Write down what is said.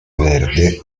verde